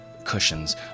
cushions